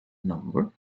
number